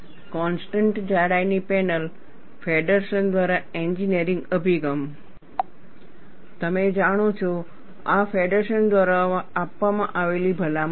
constant જાડાઈની panel ફેડરસન દ્વારા એન્જિનિયરિંગ અભિગમ તમે જાણો છો આ ફેડરસન દ્વારા આપવામાં આવેલી ભલામણ હતી